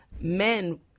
Men